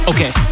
Okay